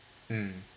mm